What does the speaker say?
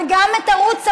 וגם את ערוץ המוזיקה,